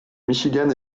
michigan